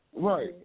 Right